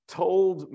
told